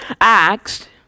asked